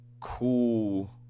cool